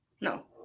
no